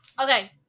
Okay